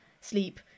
sleep